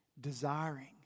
desiring